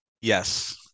yes